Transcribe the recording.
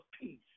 peace